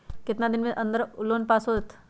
कितना दिन के अन्दर में लोन पास होत?